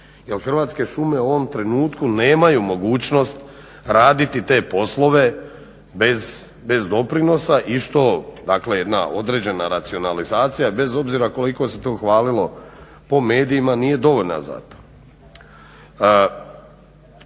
Hrvatske šume u ovom trenutku nemaju mogućnost raditi te poslove bez doprinosa i što jedna određena racionalizacija bez obzira koliko se to hvalilo po medijima nije dovoljna za to.